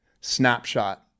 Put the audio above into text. snapshot